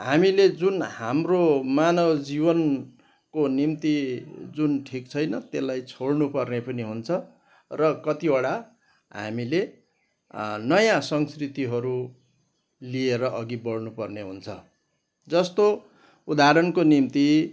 हामीले जुन हाम्रो मानव जीवनको निम्ति जुन ठिक छैन त्यसलाई छोड्नु पर्ने पनि हुन्छ र कतिवटा हामीले नयाँ संस्कृतिहरू लिएर अघि बढ्नु पर्ने हुन्छ जस्तो उदाहरणको निम्ति